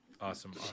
awesome